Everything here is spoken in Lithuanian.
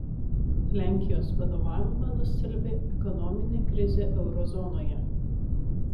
lenkijos vadovavimą nustelbė ekonominė krizė euro zonoje